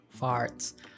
Farts